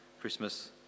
Christmas